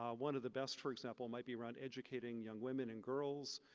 ah one of the best, for example, might be around educating young women and girls,